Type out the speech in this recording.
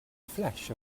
flash